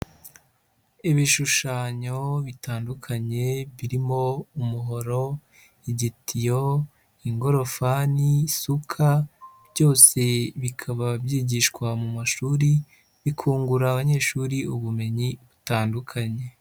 Ibishushanyo bitandukanye birimo: umuhoro, igitiyo, ingofani, isuka, byose bikaba byigishwa mu mashuri bikungura abanyeshuri ubumenyi butandukanye.